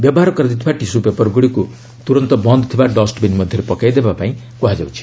ବ୍ୟବହାର କରାଯାଇଥିବା ଟିସ୍ ପେପର୍ଗୁଡ଼ିକୁ ତୁରନ୍ତ ବନ୍ଦ୍ ଥିବା ଡଷ୍ଟବିନ୍ ମଧ୍ୟରେ ପକାଇଦେବାପାଇଁ କୁହାଯାଉଛି